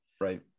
Right